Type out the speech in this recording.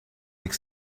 lake